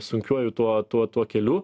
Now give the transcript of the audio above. sunkiuoju tuo tuo tuo keliu